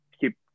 keep